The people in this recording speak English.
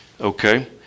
Okay